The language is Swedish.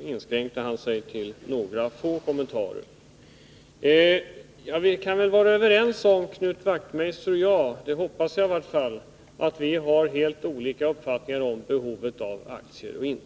inskränkte han sig till några få kommentarer. Knut Wachtmeister och jag kan väl vara överens om — det hoppas jag i varje fall — att vi har helt olika uppfattningar om behovet av aktier.